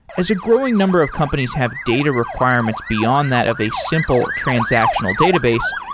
as a growing number of companies have data requirements beyond that of a simple transactional database,